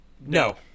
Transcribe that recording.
No